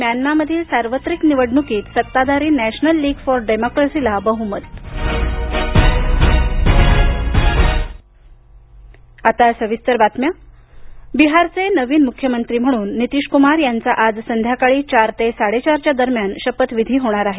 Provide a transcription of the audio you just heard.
म्यानमामधील सार्वत्रिक निवडणुकीत सत्ताधारी नॅशनल लीग फॉर डेमोक्रसीला बहुमत बिहार बिहारचे नवीन मुख्यमंत्री म्हणून नितीशकुमार यांचा आज संध्याकाळी चार ते साडेचारच्या दरम्यान शपथविधी होणार आहे